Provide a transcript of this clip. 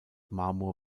marmor